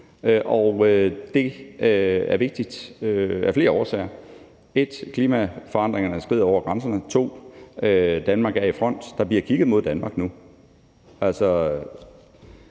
Og det er vigtigt af flere årsager: 1) Klimaforandringerne skrider over grænserne; 2) Danmark er i front; der bliver kigget mod Danmark nu.